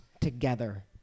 together